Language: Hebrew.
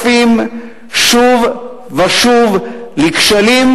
נחשפים שוב ושוב לכשלים,